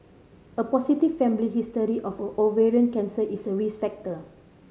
a positive family history of ovarian cancer is a risk factor